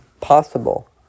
possible